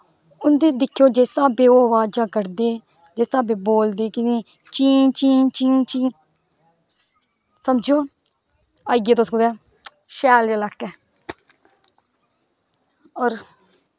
उं'दी दिक्खेओ जिस हिसावे दी ओह् अवाजां कड्डदे जिस हिसावे दे बोलदे की चीं चीं चीं समझो आईये तुस कुदै शैल जै इलाकै होर